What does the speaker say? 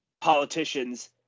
politicians